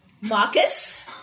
Marcus